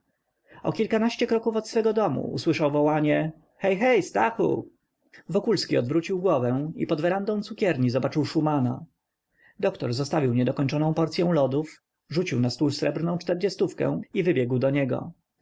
o kilkanaście kroków od swojego domu usłyszał wołanie hej hej stachu wokulski odwrócił głowę i pod werendą cukierni zobaczył szumana doktor zostawił niedokończoną porcyą lodów rzucił na stół srebrną czterdziestówkę i wybiegł do niego